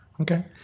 Okay